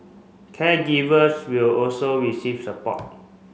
caregivers will also receive support